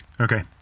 Okay